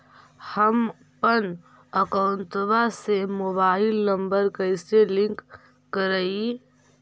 हमपन अकौउतवा से मोबाईल नंबर कैसे लिंक करैइय?